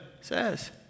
says